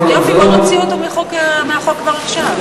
אז יופי, בוא נוציא אותו מהחוק כבר עכשיו.